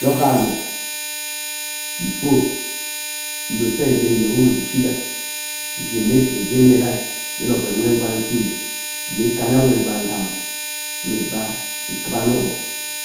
Ye ovai eme before udo nte uzei uyowe ishiga nshin mme ike gee nye rai yene oven we ugwai ama ikama we ugwa ighama uwe igba ikuwa nee ogbog